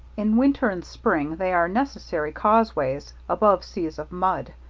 in winter and spring they are necessary causeways above seas of mud,